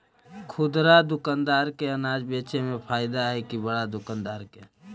खुदरा दुकानदार के अनाज बेचे में फायदा हैं कि बड़ा दुकानदार के?